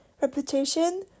reputation